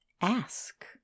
ask